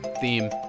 theme